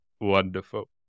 wonderful